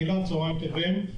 צהריים טובים.